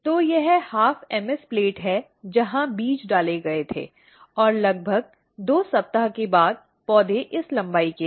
तो यह 12 MS plate है जहां बीज डाले गए थे और लगभग 2 सप्ताह के बाद पौधे इस लंबाई के हैं